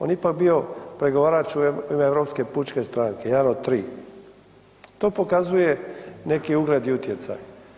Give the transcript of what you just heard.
On je ipak bio pregovarač Europske pučke stranke, jedan od 3, to pokazuje neki ugled i utjecaj.